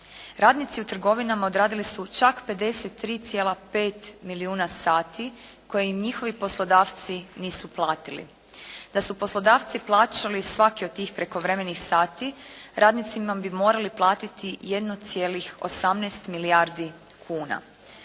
Radnici u trgovinama odradili su čak 53,5 milijuna sati koje im njihovi poslodavci nisu platili. Da su poslodavci plaćali svaki od tih prekovremenih sati, radnicima bi morali platiti 1,18 milijardi kuna.